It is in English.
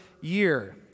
year